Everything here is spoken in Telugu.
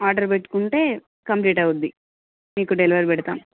ఆర్డర్ పెట్టుకుంటే కంప్లీట్ అవుద్ది మీకు డెలివరీ పెడతాం